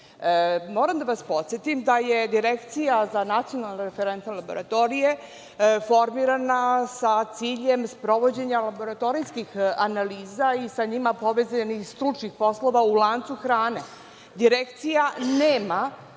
da vas posetim da je Direkcija za nacionalne referentne laboratorije formirana sa ciljem sprovođenja laboratorijskih analiza i sa njima povezanih iz stručnih poslova u lancu hrane. Direkcija nema